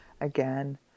again